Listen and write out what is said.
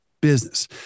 business